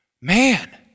man